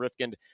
Rifkind